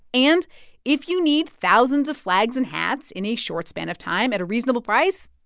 and if you need thousands of flags and hats in a short span of time at a reasonable price,